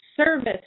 Service